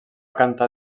cantar